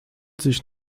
sich